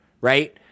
right